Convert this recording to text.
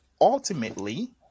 ultimately